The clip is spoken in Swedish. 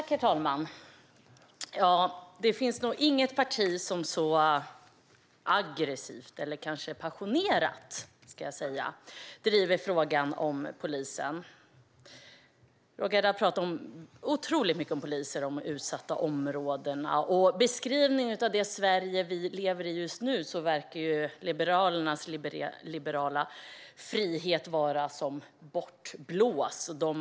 Herr talman! Det finns nog inget annat parti som så aggressivt, eller jag ska kanske säga passionerat, driver frågan om polisen. Roger Haddad pratar otroligt mycket om poliser och om utsatta områden. I beskrivningen av det Sverige som vi just nu lever i verkar Liberalernas liberala frihet vara som bortblåst.